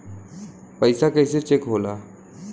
पैसा कइसे चेक होला?